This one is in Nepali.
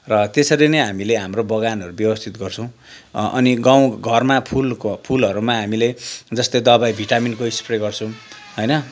र त्यसरी नै हामीले हाम्रो बगानहरू व्यवस्थित गर्छौँ अनि गाउँघरमा फुलको फुलहरूमा हामीले जस्तै दबाई भिटामिनको स्प्रे गर्छौँ होइन